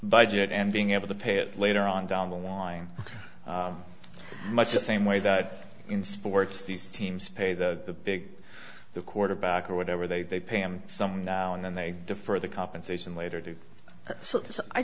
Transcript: budget and being able to pay it later on down the line much the same way that in sports these teams pay the big the quarterback or whatever they pay him some now and then they defer the compensation later